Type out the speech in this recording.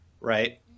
right